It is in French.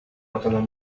entendant